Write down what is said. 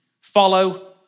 follow